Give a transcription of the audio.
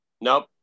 Nope